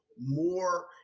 more